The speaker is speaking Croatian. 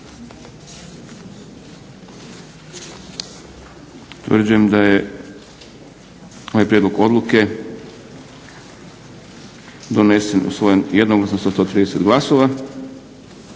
Utvrđujem da je ovaj prijedlog odluke donesen, usvojen jednoglasno sa 130 glasova.